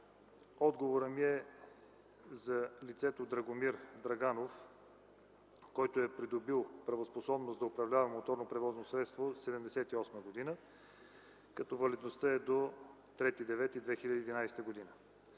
отговорът ми е за лицето Драгомир Драганов, който е придобил правоспособност да управлява моторно превозно средство през 1978 г., като валидността е до 03.09.2011 г.